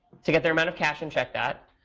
to get their amount of cash and check back.